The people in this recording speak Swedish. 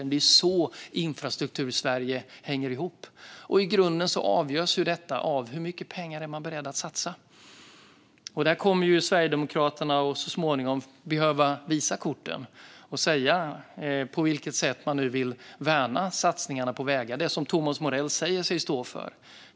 Det är så Infrastruktursverige hänger ihop. I grunden avgörs detta av hur mycket pengar man är beredd att satsa. Sverigedemokraterna kommer så småningom att behöva visa korten och säga på vilket sätt man vill värna de satsningar på vägar som Thomas Morell säger sig stå för.